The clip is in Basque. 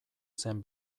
zen